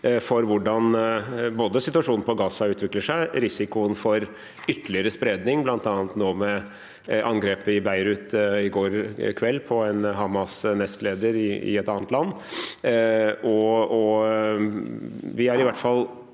for hvordan situasjonen på Gaza utvikler seg, og for risikoen for ytterligere spredning, bl.a. med angrepet i Beirut i går kveld på en Hamas-nestleder i et annet land. Vi er i hvert fall